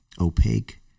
opaque